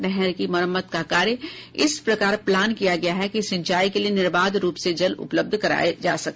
नहर की मरम्मत का कार्य इस प्रकार प्लान किया गया है कि सिंचाई के लिए निर्बाध रूप से जल उपलब्ध कराया जा सके